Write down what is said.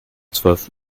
zwölf